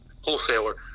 wholesaler